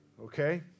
Okay